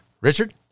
Richard